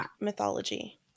mythology